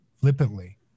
flippantly